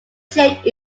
jade